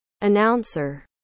Announcer